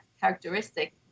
characteristic